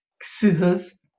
scissors